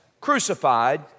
crucified